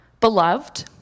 beloved